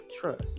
trust